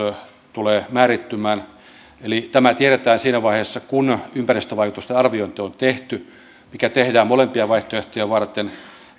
tulevat määrittymään eli tämä tiedetään siinä vaiheessa kun ympäristövaikutusten arviointi on tehty mikä tehdään molempia vaihtoehtoja varten